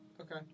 Okay